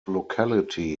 locality